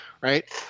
right